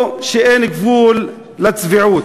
או שאין גבול לצביעות?